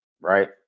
right